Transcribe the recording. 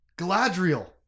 Galadriel